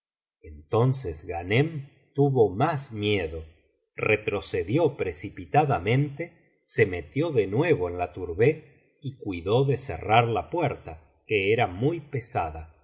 entonces ghanem tuvo más miedo retrocedió precipitadamente se metió de nuevo en la tourbejf y cuidó de cerrar la puerta que era muy pesada